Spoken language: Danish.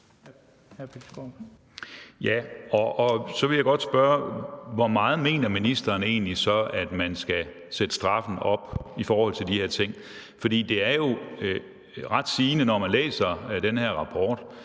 så vil jeg godt spørge: Hvor meget mener ministeren egentlig så at man skal sætte straffen op i forhold til de her ting? For det er jo ret sigende, når man læser den her rapport,